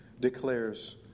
declares